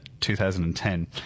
2010